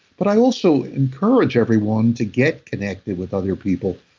but i also encourage everyone to get connected with other people,